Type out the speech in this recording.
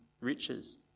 riches